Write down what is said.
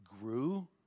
grew